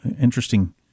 Interesting